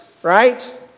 right